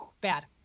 bad